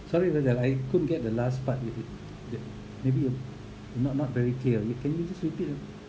sorry faizal I couldn't get the last part with it maybe you not not very clear you can you just repeat